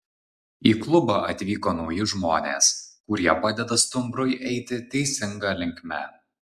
į klubą atvyko nauji žmonės kurie padeda stumbrui eiti teisinga linkme